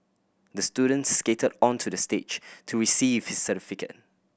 the student skated onto the stage to receive his certificate